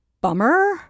bummer